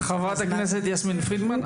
חברת הכנסת יסמין פרידמן,